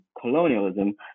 colonialism